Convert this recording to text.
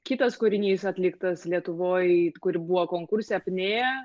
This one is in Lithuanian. kitas kūrinys atliktas lietuvoj kur buvo konkurse apnėja